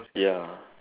ya